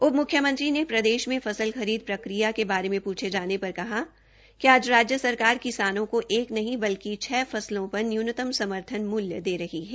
उप म्ख्यमंत्री ने प्रदेश में फसल खरीद प्रक्रिया के बारे में पूछे जाने पर कहा कि आज राज्य सरकार किसानों को एक नहीं बल्कि छह फसलों पर न्यूनतम समर्थन मूल्य दे रही है